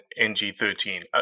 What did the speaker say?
ng13